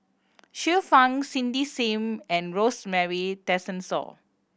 Xiu Fang Cindy Sim and Rosemary Tessensohn